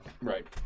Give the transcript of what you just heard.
Right